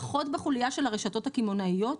פחות בחוליה של הרשתות הקמעונאיות.